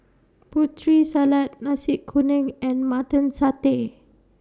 Putri Salad Nasi Kuning and Mutton Satay